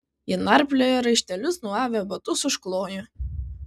jie narpliojo raištelius nuavę batus užklojo